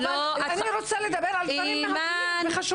אבל אני רוצה לדבר על דברים מהותיים וחשובים.